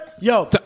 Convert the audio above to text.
Yo